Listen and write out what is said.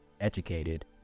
educated